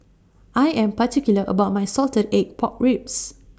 I Am particular about My Salted Egg Pork Ribs